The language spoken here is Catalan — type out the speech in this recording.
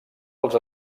els